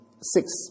six